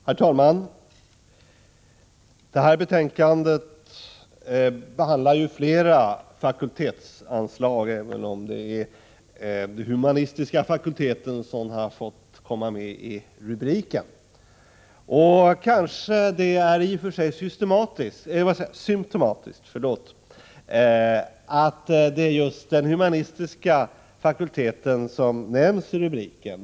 Herr talman! I det här betänkandet behandlas flera fakultetsanslag, även om det är humanistiska fakulteterna som har fått komma med i rubriken. Kanske det är symptomatiskt att just de humanistiska fakulteterna nämns i rubriken.